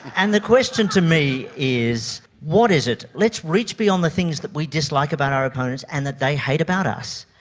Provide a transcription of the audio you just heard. and the question to me is what is it, let's reach beyond the things that we dislike about our opponents and that they hate about us,